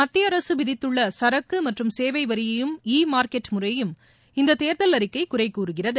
மத்திய அரசு விதித்துள்ள சரக்கு மற்றும் சேவை வரியையும் ஈ மார்க்கெட் முறையையும் இந்த தேர்தல் அறிக்கை குறை கூறுகிறது